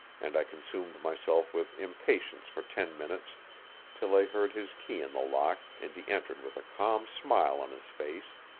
and i consumed myself with impatience for ten minutes till i heard his key in the lock and he entered with a calm smile on his face.